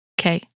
Okay